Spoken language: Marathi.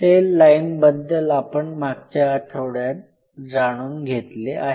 सेल लाईन बद्दल आपण मागच्या आठवड्यात जाणून घेतले आहे